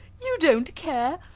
you don't care.